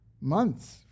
months